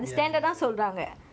ya ya